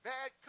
Bad